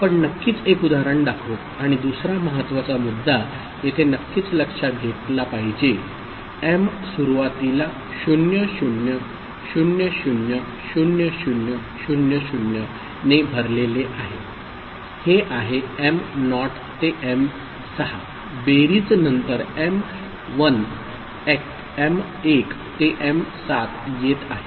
आपण नक्कीच एक उदाहरण दाखवू आणि दुसरा महत्वाचा मुद्दा येथे नक्कीच लक्षात घेतला पाहिजे m सुरुवातीला 00000000 ने भरलेले आहे हे आहे m नॉट ते m6 बेरीज नंतर एम 1 ते एम 7 येत आहे